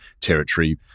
territory